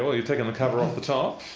ah you've taken the cover off the top.